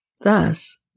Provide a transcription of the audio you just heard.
Thus